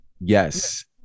Yes